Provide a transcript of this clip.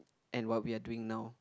and what we are doing now